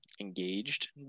engaged